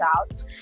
out